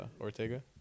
Ortega